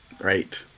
Right